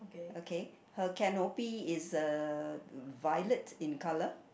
okay her canopy is uh violet in colour